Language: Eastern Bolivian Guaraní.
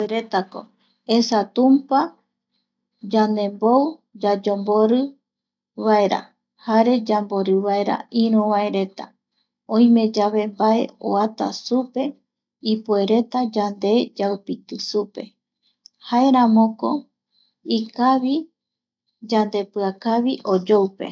Ipuereta ko esa, tumpa yandembou yayoborivaera jare yambori vaera iru vae reta ,oime yave mbae oata oi supe ipuereta yande yaupiti supe jaeramoko ikavi yandepiakavi oyoupe